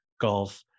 golf